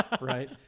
right